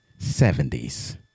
70s